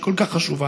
שהיא כל כך חשובה.